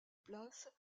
place